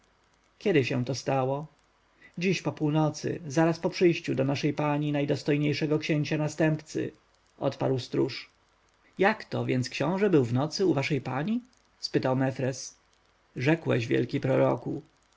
kiedy się to stało dziś po północy zaraz po przyjściu do naszej pani najdostojniejszego księcia następcy odparł stróż jakto więc książę był w nocy u waszej pani spytał mefres rzekłeś wielki proroku